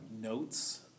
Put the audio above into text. notes